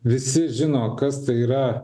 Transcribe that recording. visi žino kas tai yra